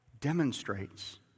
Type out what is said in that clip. demonstrates